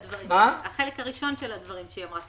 החלק הראשון של הדברים שהיא אמרה.